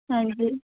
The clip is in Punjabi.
ਹਾਂਜੀ